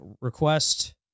request